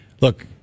look